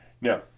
Now